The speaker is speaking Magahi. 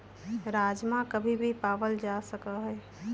राजमा कभी भी पावल जा सका हई